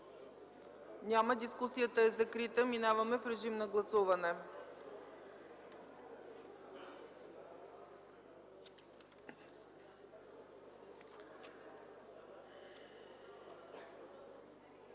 Няма. Дискусията е закрита. Минаваме в режим на гласуване.